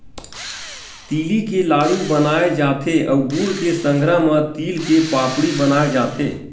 तिली के लाडू बनाय जाथे अउ गुड़ के संघरा म तिल के पापड़ी बनाए जाथे